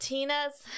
Tina's